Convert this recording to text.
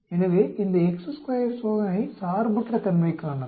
எனவே இந்த சோதனை சார்பற்றத்தன்மைக்கானது